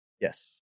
Yes